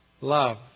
Love